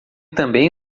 também